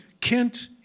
Kent